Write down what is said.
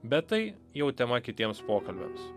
bet tai jau tema kitiems pokalbiams